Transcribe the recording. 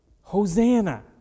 Hosanna